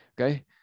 okay